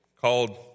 called